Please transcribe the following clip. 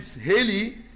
Haley